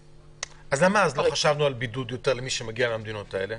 אז למה לא חשבנו אז על יותר בידוד למי שמגיע מהמדינות האלה?